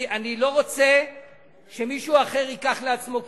אני לא רוצה שמישהו אחר ייקח לעצמו קרדיט,